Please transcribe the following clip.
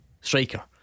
striker